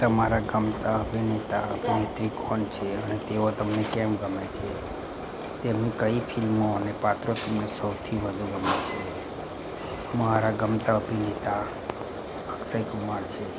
તમારા ગમતા અભિનેતા અભિનેત્રી કોણ છે અને તેઓ તમને કેમ ગમે છે તેમની કઈ ફિલ્મો અને પાત્રો તમને સૌથી વધુ ગમે છે મારા ગમતા અભિનેતા અક્ષય કુમાર છે